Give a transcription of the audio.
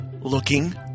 looking